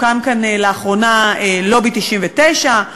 הוקם כאן לאחרונה "לובי 99",